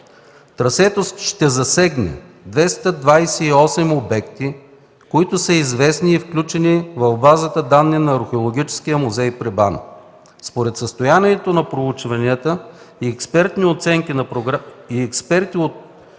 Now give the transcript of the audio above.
Трасето ще засегне 228 обекта, които са известни и включени в базата данни на Археологическия музей при БАН. Според състоянието на проучванията и експертни оценки на програмата